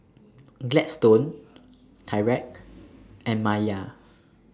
Gladstone Tyrek and Maia